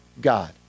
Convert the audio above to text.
God